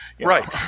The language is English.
Right